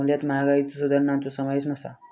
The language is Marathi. मूल्यात महागाईच्यो सुधारणांचो समावेश नसा